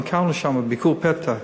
ביקרנו שם ביקור פתע.